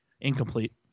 Incomplete